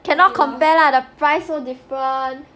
cannot compare lah the price so different